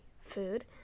food